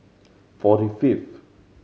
forty fifth